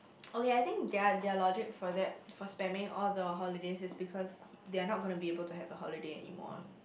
oh ya I think their their logic for that for spending all the holidays is because he they are not gonna be able to have a holiday anymore